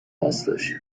هستش